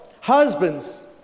Husbands